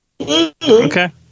Okay